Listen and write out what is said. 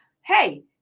hey